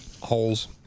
holes